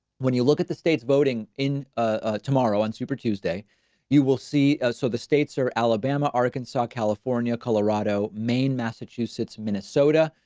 when you look at the states voting in ah tomorrow on super tuesday you will see so the states are alabama arkansas, california, colorado, maine massachusetts, minnesota,